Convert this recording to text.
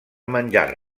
menjar